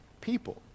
people